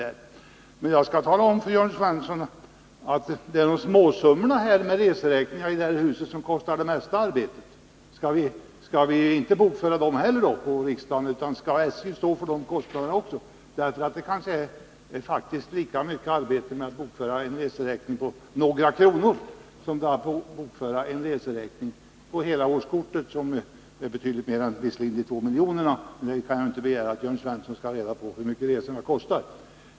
Då skall jag tala om för Jörn Svensson att det är småsummorna med reseräkningar i det här huset som tar det mesta arbetet. Skall vi inte bokföra dem på riksdagen utan låta SJ stå för de kostnaderna? Det är kanske lika mycket arbete med att bokföra en reseräkning som gäller på några kronor som med att bokföra en reseräkning som gäller hela årskortet — betydligt mer än 2 milj.kr. Men jag kan ju inte begära att Jörn Svensson skall ha reda på hur mycket resorna kostar.